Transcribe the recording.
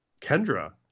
Kendra